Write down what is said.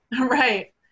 right